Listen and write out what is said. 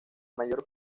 mayor